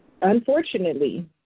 unfortunately